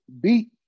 beat